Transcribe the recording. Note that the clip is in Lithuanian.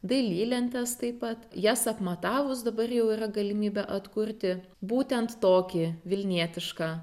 dailylentes taip pat jas apmatavus dabar jau yra galimybė atkurti būtent tokį vilnietišką